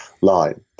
line